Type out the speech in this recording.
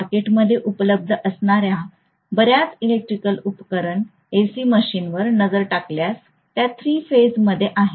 मार्केटमध्ये उपलब्ध असणा या बर्याच इलेक्ट्रिकल उपकरण एसी मशीन्सवर नजर टाकल्यास त्या थ्री फेज मध्ये आहेत